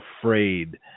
afraid